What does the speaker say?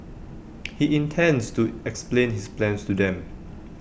he intends to explain his plans to them